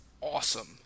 awesome